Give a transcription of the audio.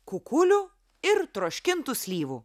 kukulių ir troškintų slyvų